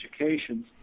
education